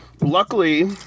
Luckily